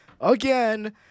again